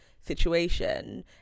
situation